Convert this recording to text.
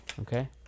Okay